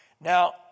Now